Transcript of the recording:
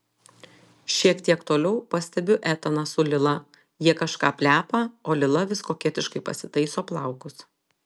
šiek tiek toliau pastebiu etaną su lila jie kažką plepa o lila vis koketiškai pasitaiso plaukus